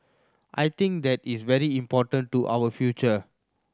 I think that is very important to our future